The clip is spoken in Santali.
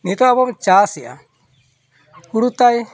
ᱱᱤᱛᱚᱜ ᱟᱵᱚ ᱵᱚᱱ ᱪᱟᱥᱮᱜᱼᱟ ᱦᱳᱲᱳ ᱛᱟᱭ